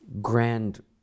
grand